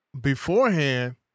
beforehand